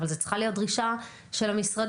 אבל זו צריכה להיות דרישה של המשרדים,